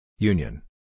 Union